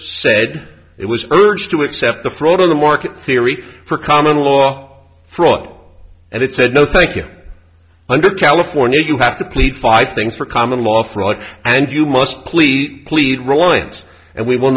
said it was urged to accept the throat of the market theory for common law fraud and it said no thank you under california you have to plead five things for common law fraud and you must plead pleaded reliance and we will